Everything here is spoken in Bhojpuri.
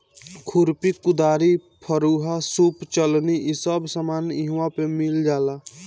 खुरपी, कुदारी, फरूहा, सूप चलनी इ सब सामान इहवा पे मिल जाला